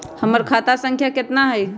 हमर खाता संख्या केतना हई?